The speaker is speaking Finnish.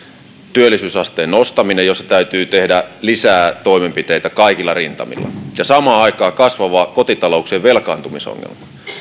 työllisyysasteen nostaminen jossa täytyy tehdä lisää toimenpiteitä kaikilla rintamilla ja samaan aikaan kasvava kotitalouksien velkaantumisongelma